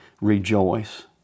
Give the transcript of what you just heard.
rejoice